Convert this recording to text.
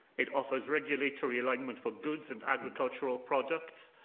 it offers regulatory alignment for goods and agricultural products.